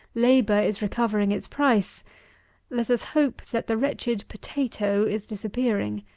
labour is recovering its price let us hope that the wretched potatoe is disappearing,